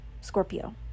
Scorpio